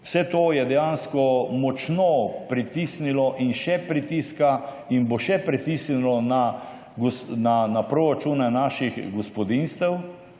Vse to je dejansko močno pritisnilo in še pritiska in bo še pritisnilo na proračune naših gospodinjstev,